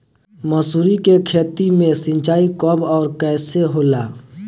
मसुरी के खेती में सिंचाई कब और कैसे होला?